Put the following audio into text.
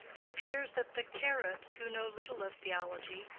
it appears that the caribs, who know little of theology,